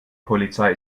polizei